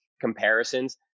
comparisons